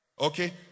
Okay